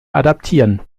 adaptieren